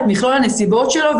את מכלול הנסיבות שלו,